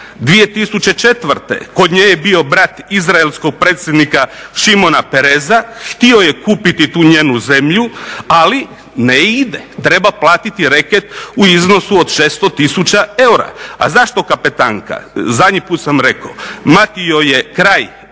2004. kod nje je bio brat izraelskog predsjednika Šimona Peresa htio je kupiti tu njenu zemlju ali ne ide, treba platiti reket u iznosu od 600 tisuća eura. A zašto Kapetanka, zadnji puta sam rekao? Mati joj je kraj